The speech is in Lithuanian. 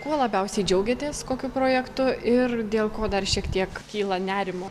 kuo labiausiai džiaugiatės kokiu projektu ir dėl ko dar šiek tiek kyla nerimo